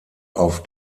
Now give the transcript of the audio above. auf